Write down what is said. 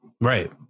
right